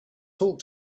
talk